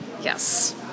Yes